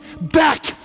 back